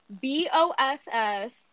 B-O-S-S